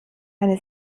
eine